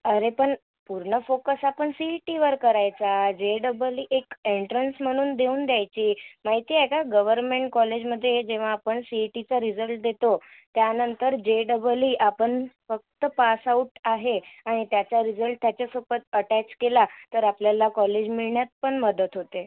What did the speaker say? अरे पण पूर्ण फोकस आपण सी ई टीवर करायचा जे डबल ई एक एन्ट्रन्स म्हणून देऊन द्यायची माहिती आहे का गवरमेंट कॉलेजमध्ये जेव्हा आपण सी ई टीचा रिझल्ट देतो त्यानंतर जे डबल ई आपण फक्त पास आऊट आहे आणि त्याचा रिझल्ट त्याच्यासोबत अटॅच केला तर आपल्याला कॉलेज मिळण्यात पण मदत होते